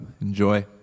Enjoy